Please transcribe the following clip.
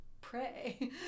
pray